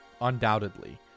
undoubtedly